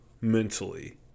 mentally